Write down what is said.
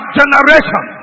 generation